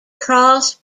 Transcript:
crossed